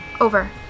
Over